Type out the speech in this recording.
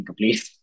please